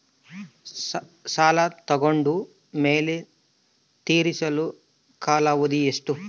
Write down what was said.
ಸಾಲ ತಗೊಂಡು ಮೇಲೆ ತೇರಿಸಲು ಕಾಲಾವಧಿ ಎಷ್ಟು?